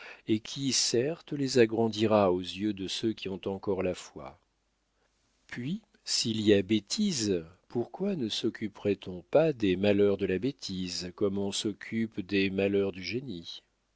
et qui certes les agrandira aux yeux de ceux qui ont encore la foi puis s'il y a bêtise pourquoi ne soccuperait on pas des malheurs de la bêtise comme on s'occupe des malheurs du génie